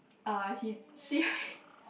uh he she